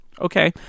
Okay